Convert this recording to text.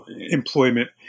Employment